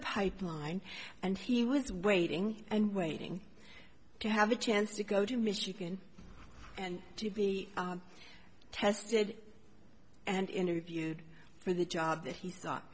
pipeline and he was waiting and waiting to have a chance to go to michigan and to be tested and interviewed for the job that he